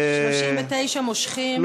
39 מושכים.